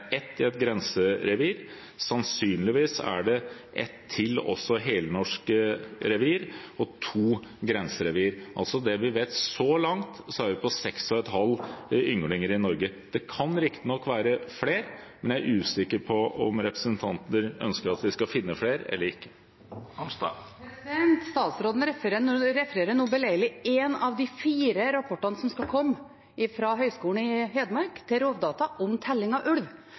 ett i et grenserevir, og sannsynligvis er det også et helnorsk revir til og to grenserevir. Med det vi vet så langt, har vi seks og en halv yngling i Norge. Det kan riktignok være flere, men jeg er usikker på om representanten ønsker at vi skal finne flere eller ikke. Statsråden refererer nå beleilig én av de fire rapportene som skal komme fra Høgskolen i Hedmark til Rovdata om telling av ulv.